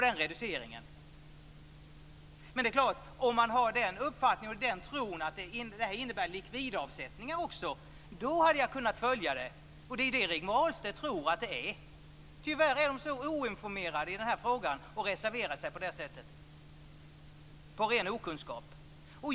Det är klart att om man har den uppfattningen och tron att det här innebär likvidavsättningar också hade jag kunnat följa det. Det är det Rigmor Ahlstedt tror att det är. Tyvärr är hon så oinformerad i den här frågan och reserverar sig på det här sättet, av ren okunskap.